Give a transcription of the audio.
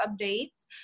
updates